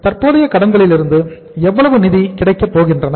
தற்போதைய கடன்களிலிருந்து எவ்வளவு நிதி கிடைக்கப் போகின்றன